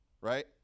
right